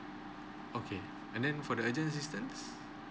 okay and then for the urgent assistance